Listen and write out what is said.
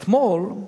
אתמול,